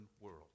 world